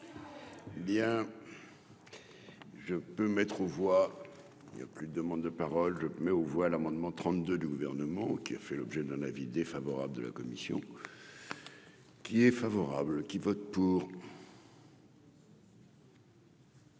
Bien je. Peut mettre aux voix, il y a plus de demandes de parole je mets aux voix l'amendement 32 du gouvernement qui a fait l'objet d'un avis défavorable de la commission. Qui est favorable qui vote pour.